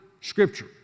scripture